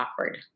awkward